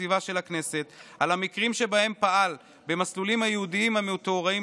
הסביבה של הכנסת על המקרים שבהם פעל במסלולים הייעודיים המתוארים